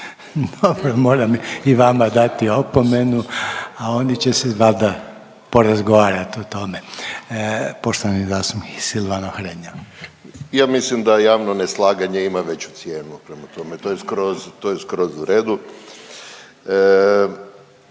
Dobro. Moram i vama dati opomenu, a oni će si valjda porazgovarati o tome. Poštovani zastupnik Silvano Hrelja. **Hrelja, Silvano (Nezavisni)** Ja mislim da javno neslaganje ima veću cijenu, prema tome to je skroz u redu.